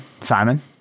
simon